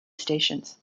stations